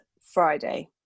Friday